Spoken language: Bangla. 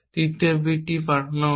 3য় বিট পাঠানো হচ্ছে